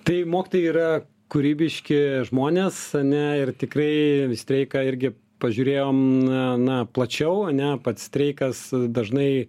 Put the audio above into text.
tai mokytojai yra kūrybiški žmonės ane ir tikrai streiką irgi pažiūrėjom na plačiau ane pats streikas dažnai